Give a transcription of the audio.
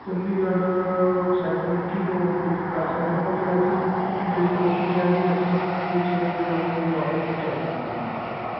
Chandigarh sector ਇੱਕੀ ਤੋਂ pick ਕਰ ਸਕਦੇ ਹੋ ਅਤੇ ਅਸੀਂ ਜਿਹੜੀ ਕੋਸ਼ਿਸ਼ ਹੈ ਜੀ ਅਸੀਂ ਉੱਥੋਂ ਕੇ ਛੇ ਵਜੇ ਉੱਥੋਂ ਦੀ ਵਾਪਸ ਚੱਲ ਪੈਣਾ ਜੀ ਅੰਮ੍ਰਿਤਸਰ ਤੋਂ